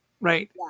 Right